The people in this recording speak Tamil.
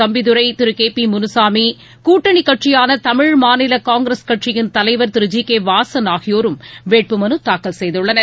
தம்பிதுரை திரு கே பி முனுசாமி கூட்டணி கட்சியான தமிழ்மாநில காங்கிரஸ் கட்சியின் தலைவர் திரு ஜி கே வாசன் ஆகியோரும் வேட்புமனு தாக்கல் செய்துள்ளனர்